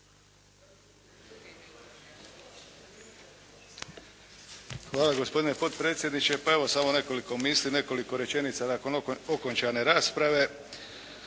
Hvala, gospodine potpredsjedniče. Pa evo, samo nekoliko misli, nekoliko rečenica nakon okončane rasprave